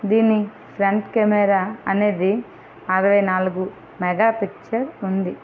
దీని front camera అనేది అరవై నాలుగు మెగా పిక్చర్ ఉంది